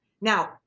now